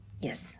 Yes